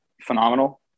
phenomenal